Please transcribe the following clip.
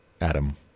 Adam